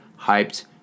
hyped